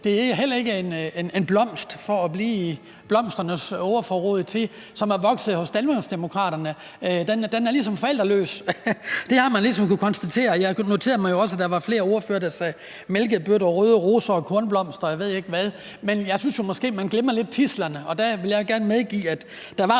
at det heller ikke er en blomst for at blive i blomsternes verden, som er vokset hos Danmarksdemokraterne. Den er ligesom forældreløs. Det har man ligesom kunnet konstatere. Jeg noterer mig jo også, at der var flere ordførere, der sagde mælkebøtte, røde roser, kornblomster, og jeg ved ikke hvad. Jeg synes jo, at man måske lidt glemmer tidslerne, og der vil jeg gerne medgive, at der